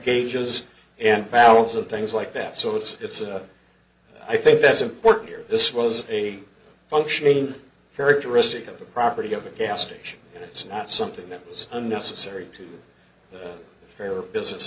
gauges and valves and things like that so it's it's a i think that's important here this was a functioning characteristic of the property of a gas station and it's not something that was unnecessary to the fair business